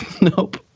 Nope